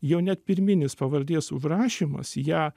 jau net pirminis pavardės užrašymas ją